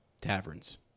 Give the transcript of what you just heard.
taverns